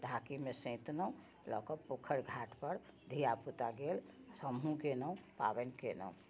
ढाकीमे सैतलोँ लऽ कऽ पोखरि घाटपर धिआ पुता गेल हमहूँ गेलोँ पाबनि केलोँ ओहिठमा